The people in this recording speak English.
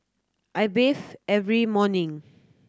I bathe every morning